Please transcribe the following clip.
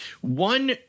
one